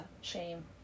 shame